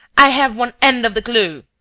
i have one end of the clue.